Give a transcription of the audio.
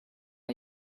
江南